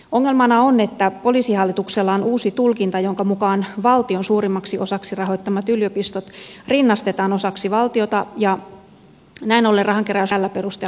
ongelmana on että poliisihallituksella on uusi tulkinta jonka mukaan valtion suurimmaksi osaksi rahoittamat yliopistot rinnastetaan osaksi valtiota ja näin ollen rahankeräyslupaa ei enää voitaisi tällä perusteella myöntää